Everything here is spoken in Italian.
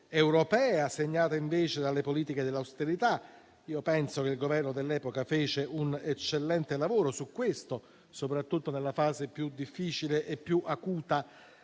europea, segnata invece dalle politiche dell'austerità. Penso che il Governo dell'epoca fece un eccellente lavoro su questo, soprattutto nella fase più difficile e più acuta